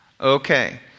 Okay